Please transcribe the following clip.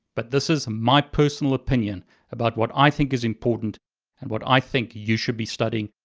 but this is my personal opinion about what i think is important and what i think you should be studying.